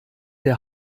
der